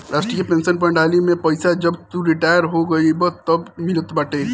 राष्ट्रीय पेंशन प्रणाली में पईसा जब तू रिटायर हो जइबअ तअ मिलत बाटे